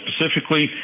specifically